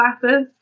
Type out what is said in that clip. classes